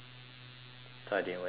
so I didn't wear that shirt anymore